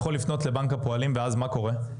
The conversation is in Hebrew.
הוא יכול לפנות לבנק הפועלים ואז מה קורה?